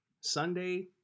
Sunday